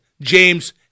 James